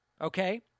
Okay